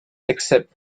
except